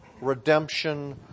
redemption